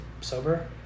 sober